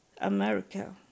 America